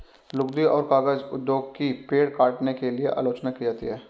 लुगदी और कागज उद्योग की पेड़ काटने के लिए आलोचना की जाती है